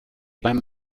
beim